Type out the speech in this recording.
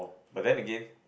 but then again